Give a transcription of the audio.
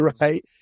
right